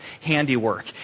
handiwork